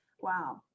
Wow